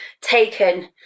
taken